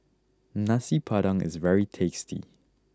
Nasi Padang is very tasty